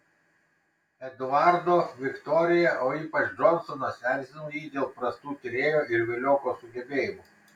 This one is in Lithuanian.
eduardo viktorija o ypač džonsonas erzino jį dėl prastų tyrėjo ir vilioko sugebėjimų